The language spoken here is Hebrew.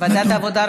ועדת העבודה,